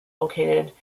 located